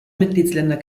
mitgliedsländer